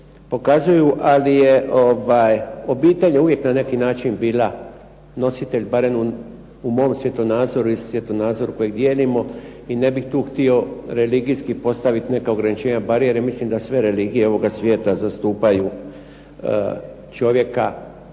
afirmiraju, ali je obitelj uvijek na neki način bila nositelj, barem u mom svjetonazoru i svjetonazoru kojeg dijelimo i ne bih tu htio religijski tu postaviti neke ograničenja, mislim da sve religije ovoga svijeta zastupaju čovjeka